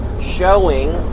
showing